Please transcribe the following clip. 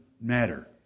matter